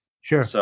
Sure